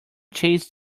chased